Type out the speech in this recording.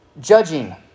judging